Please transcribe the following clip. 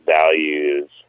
values